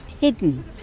hidden